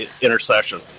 intercession